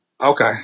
Okay